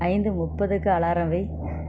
ஐந்து முப்பதுக்கு அலாரம் வை